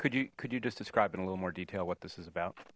could you could you just describe in a little more detail what this is about